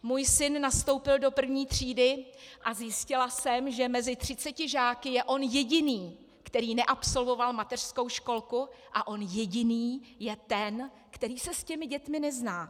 Můj syn nastoupil do první třídy a zjistila jsem, že mezi 30 žáky jen on jediný, který neabsolvoval mateřskou školku, a on jediný je ten, který se s těmi dětmi nezná.